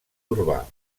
urbà